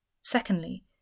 Secondly